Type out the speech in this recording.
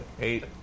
eight